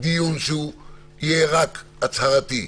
דיון שיהיה רק הצהרתי.